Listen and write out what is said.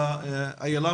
לאילה,